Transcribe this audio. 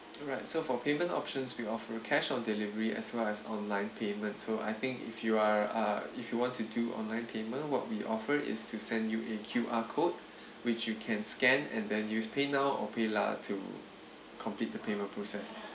alright so for payment options we offer a cash on delivery as well as online payment so I think if you are err if you want to do online payment what we offer is to send you a Q_R code which you can scan and then use paynow or paylah to complete the payment process